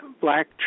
black